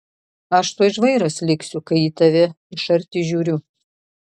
aš tuoj žvairas liksiu kai į tave iš arti žiūriu